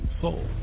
soul